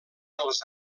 dels